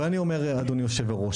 ואני אומר אדוני היושב ראש,